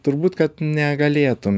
turbūt kad negalėtum